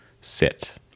sit